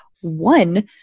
one